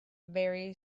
very